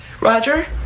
Roger